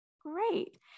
Great